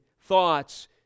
thoughts